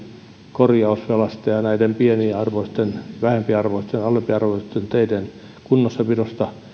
korjausvelasta ja näiden pieniarvoisten vähempiarvoisten alempiarvoisten teiden kunnossapidosta